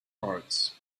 parts